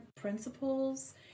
principles